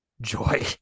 joy